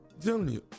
Junior